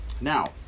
now